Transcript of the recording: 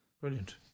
Brilliant